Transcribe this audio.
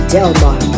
Delmar